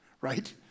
Right